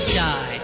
die